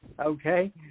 Okay